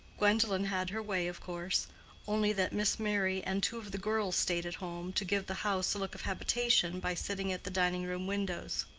gwendolen had her way, of course only that miss merry and two of the girls stayed at home, to give the house a look of habitation by sitting at the dining-room windows.